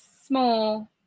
small